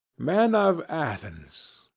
men of athens,